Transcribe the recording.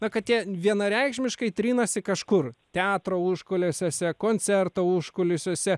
na kad jie vienareikšmiškai trinasi kažkur teatro užkulisiuose koncerto užkulisiuose